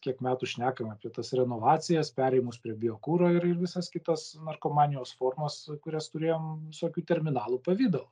kiek metų šnekame apie tas renovacijas perėjimus prie biokuro ir ir visas kitas narkomanijos formas kurias turėjom visokių terminalų pavidalu